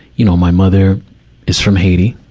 you know, my mother is from haiti.